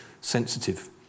sensitive